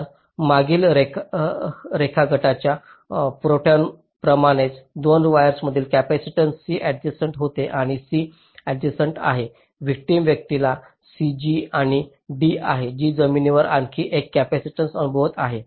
तर मागील रेखागटाच्या पाठपुराव्याप्रमाणेच 2 वायर्समधील कपॅसिटीन्स C ऍडजेसंट होते हे C ऍडजेसंट आहे व्हिक्टिम व्यक्तीला C g आणि d आहे की जमिनीवर आणखी एक कॅपेसिटन्स अनुभवत आहे